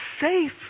safe